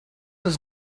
was